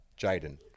Jaden